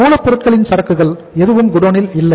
மூலப்பொருட்களின் சரக்குகள் எதுவும் குடோனில் இல்லை